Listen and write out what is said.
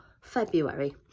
February